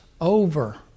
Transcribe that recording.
over